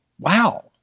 wow